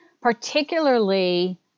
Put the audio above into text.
particularly